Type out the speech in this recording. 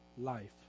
Life